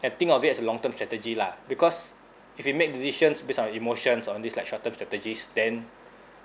and think of it as a long term strategy lah because if you make decisions based on your emotion or on this like short term strategies then